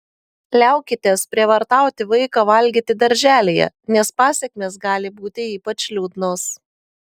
liaukitės prievartauti vaiką valgyti darželyje nes pasekmės gali būti ypač liūdnos